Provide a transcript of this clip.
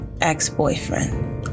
ex-boyfriend